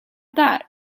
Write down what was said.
that